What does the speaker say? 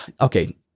Okay